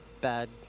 bad